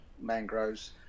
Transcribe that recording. mangroves